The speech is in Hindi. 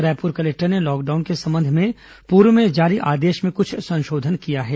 रायपुर कलेक्टर ने लॉकडाउन के संबंध में पूर्व में जारी आदेश में कुछ संशोधन किया है